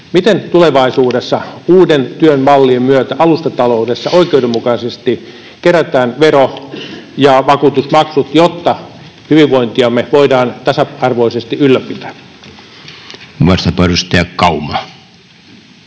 Miten tulevaisuudessa uuden työn mallien myötä alustataloudessa oikeudenmukaisesti kerätään vero ja vakuutusmaksut, jotta hyvinvointiamme voidaan tasa-arvoisesti ylläpitää? Arvoisa